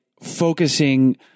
focusing